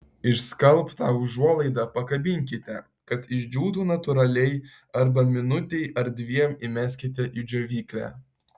išskalbtą užuolaidą pakabinkite kad išdžiūtų natūraliai arba minutei ar dviem įmeskite į džiovyklę